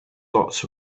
lots